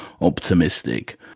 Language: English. optimistic